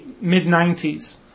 mid-90s